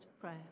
prayer